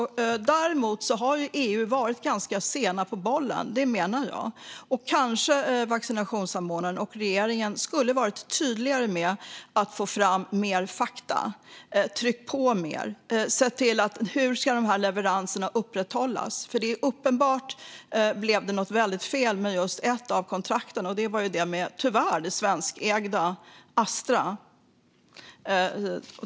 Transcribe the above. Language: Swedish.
Däremot har EU varit sent på bollen. Kanske vaccinsamordnaren och regeringen skulle ha varit tydligare med att få fram mer fakta, tryckt på mer, sett till frågan om hur leveranserna ska upprätthållas. Det blev uppenbart något fel med just ett av kontrakten - tyvärr med det svenskägda Astra.